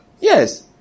Yes